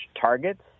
targets